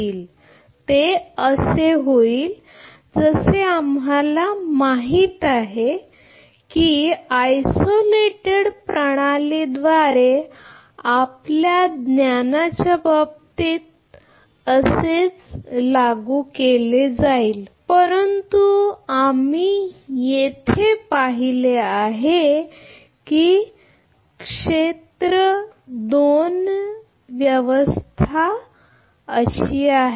ते होईल आणि होईल जसे आम्हाला माहित आहे आम्हाला हे देखील माहित आहे की आयसोलेटेड प्रणालीद्वारे आपल्या तत्त्वज्ञानाच्या बाबतीत असेच तत्त्वज्ञान लागू केले जाईल परंतु आम्ही येथे पाहिले आहे की दोन क्षेत्र व्यवस्था आहे